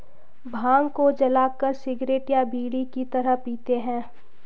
भांग को जलाकर सिगरेट या बीड़ी की तरह पीते हैं